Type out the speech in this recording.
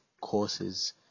courses